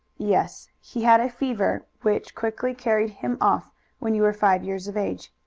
yes he had a fever which quickly carried him off when you were five years of age.